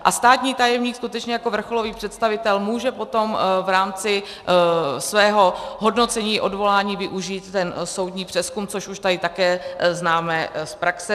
A státní tajemník skutečně jako vrcholový představitel může potom v rámci svého hodnocení odvolání využít ten soudní přezkum, což už tady také známe z praxe.